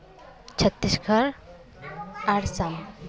Chhattisgarh Assam